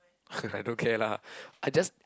I don't care lah I just